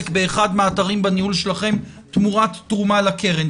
באחד מהאתרים בניהול שלכם תמורת תרומה לקרן?